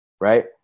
right